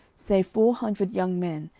save four hundred young men,